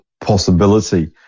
possibility